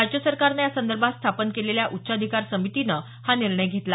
राज्य सरकारनं या संदर्भात स्थापन केलेल्या उच्चाधिकार समितीनं हा निर्णय घेतला